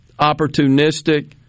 opportunistic